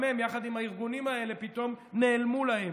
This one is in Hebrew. גם הם, יחד עם הארגונים האלה, פתאום נעלמו להם.